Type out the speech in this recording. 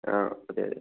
ആ അതെ അതെ